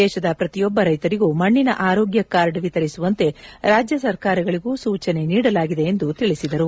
ದೇಶದ ಪ್ರತಿಯೊಬ್ಬ ರೈತರಿಗೂ ಮಣ್ಣಿನ ಆರೋಗ್ಯ ಕಾರ್ಡ್ ವಿತರಿಸುವಂತೆ ರಾಜ್ಯ ಸರ್ಕಾರಗಳಿಗೂ ಸೂಚನೆ ನೀಡಲಾಗಿದೆ ಎಂದು ತಿಳಿಸಿದರು